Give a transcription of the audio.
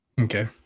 Okay